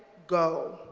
go.